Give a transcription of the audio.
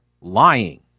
lying